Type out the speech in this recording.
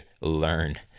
learn